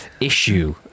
issue